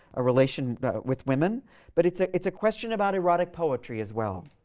a relation with women but it's ah it's a question about erotic poetry as well.